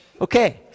Okay